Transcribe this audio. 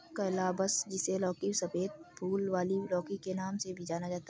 calabash, जिसे लौकी, सफेद फूल वाली लौकी के नाम से भी जाना जाता है